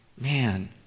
man